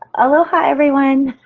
aloha everyone.